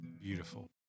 Beautiful